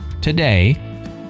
today